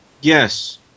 Yes